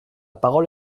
parole